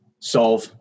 solve